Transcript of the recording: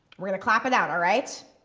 we're gonna clap it out all right?